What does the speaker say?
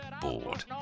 bored